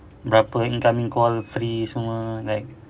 berapa incoming call free semua like